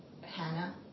Hannah